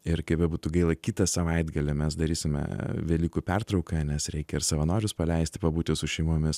ir kaip bebūtų gaila kitą savaitgalį mes darysime velykų pertrauką nes reikia ir savanorius paleisti pabūti su šeimomis